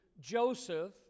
Joseph